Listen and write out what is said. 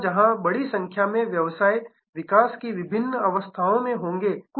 वहां जहां बड़ी संख्या में व्यवसाय विकास की विभिन्न अवस्थाओं में होंगे